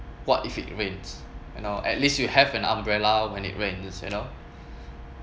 what if it rains you know at least you have an umbrella when it rains you know